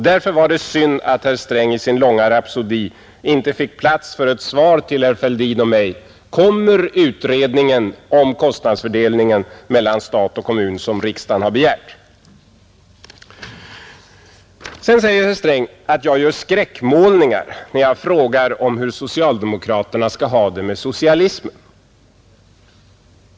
Därför var det synd att herr Sträng i sin långa rapsodi inte fick plats för ett svar till herr Fälldin och mig på vår fråga: Kommer utredningen om kostnadsfördelningen mellan stat och kommun, som riksdagen har begärt? Sedan säger herr Sträng att jag gör skräckmålningar när jag frågar hur socialdemokraterna skall ha det med socialismen.